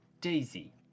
Daisy